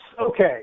Okay